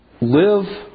Live